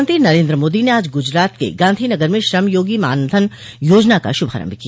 प्रधानमंत्री नरेन्द्र मोदी ने आज गुजरात के गांधी नगर में श्रमयोगी मानधन योजना का शुभारंभ किया